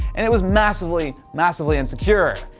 and it was massively, massively insecure.